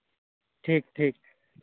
ᱴᱷᱤᱠ ᱴᱷᱤᱠ